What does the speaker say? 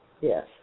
Yes